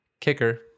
kicker